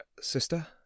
Sister